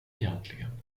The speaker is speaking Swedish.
egentligen